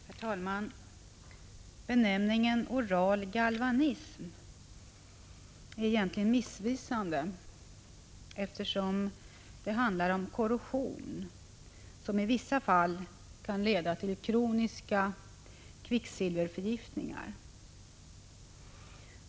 Herr talman! Benämningen oral galvanism är egentligen missvisande, eftersom det handlar om korrosion som i vissa fall kan leda till kroniska kvicksilverförgiftningar.